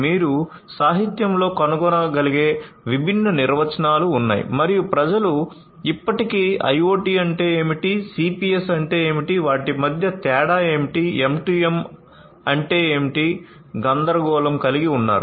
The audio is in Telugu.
మీరు సాహిత్యంలో కనుగొనగలిగే విభిన్న నిర్వచనాలు ఉన్నాయి మరియు ప్రజలు ఇప్పటికీ IoT అంటే ఏమిటి CPS అంటే ఏమిటి వాటి మధ్య తేడా ఏమిటి M2M అంటే ఏమిటి గందరగోళం కలిగి ఉన్నారు